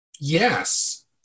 yes